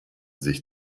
sich